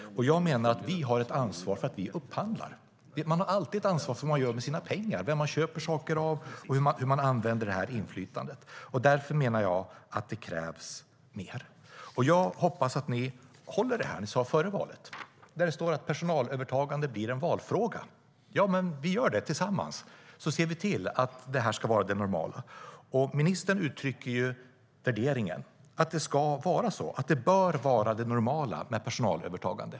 Jag menar att vi har ett ansvar när vi upphandlar. Man har alltid ett ansvar för vad man gör med sina pengar - vem man köper saker av och hur man använder sitt inflytande. Därför menar jag att det krävs mer, och jag hoppas att ni håller det ni sa före valet. Personalövertagande var en valfråga, stod det. Vi gör det tillsammans. Tillsammans ser vi till att det här ska vara det normala. Ministern utrycker ju värderingen att det ska vara så, att personalövertagande bör vara det normala.